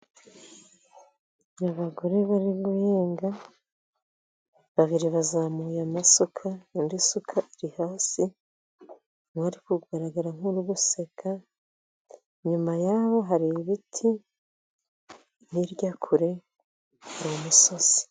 Abagore bari guhinga, babiri bazamuye amasuka undi isuka iri hasi, we ari kugaragara nk'uri guseka. Inyuma yabo hari ibiti hirya kure mu misozi.